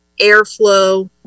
airflow